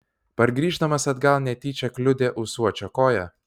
pargrįždamas atgal netyčia kliudė ūsuočio koją